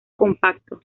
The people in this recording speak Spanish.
compacto